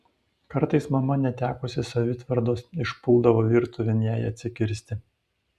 kartais mama netekusi savitvardos išpuldavo virtuvėn jai atsikirsti